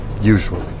Usually